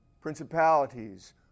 Principalities